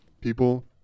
people